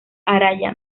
araya